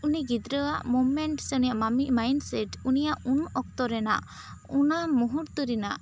ᱩᱱᱤ ᱜᱤᱫᱽᱨᱟᱹᱣᱟᱜ ᱢᱩᱢᱮᱱᱴ ᱥᱮ ᱩᱱᱤᱭᱟᱜ ᱢᱟᱢᱤ ᱢᱟᱭᱤᱱᱥᱮᱴ ᱩᱱᱤᱭᱟᱜ ᱩᱱ ᱚᱠᱛᱚ ᱨᱮᱱᱟᱜ ᱚᱱᱟ ᱢᱩᱦᱩᱨᱛᱚ ᱨᱮᱱᱟᱜ